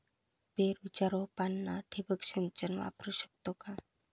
पेरूच्या रोपांना ठिबक सिंचन वापरू शकतो का?